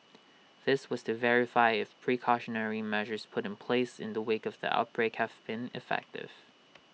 this was to verify if precautionary measures put in place in the wake of the outbreak have been effective